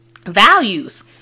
values